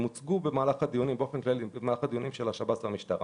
חלק מההמלצות הוצגו במהלך הדיון על אודות שב"ס והמשטרה